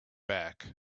back